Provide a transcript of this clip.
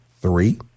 Three